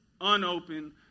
unopened